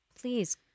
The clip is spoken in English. please